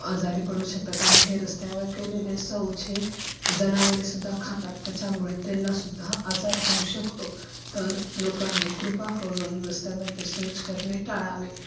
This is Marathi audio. आजारी पडू शकतात आणि हे रस्त्यावर केलेले शौच हे जनावरेसुद्धा खातात त्याच्यामुळे त्यांनासुद्धा आजार होऊ शकतो तर लोकांनी कृपा करून रस्त्यावरती शौच करणे टाळावे